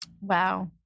Wow